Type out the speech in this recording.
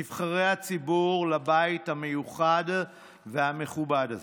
נבחרי הציבור, לבית המיוחד והמכובד הזה.